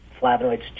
Flavonoids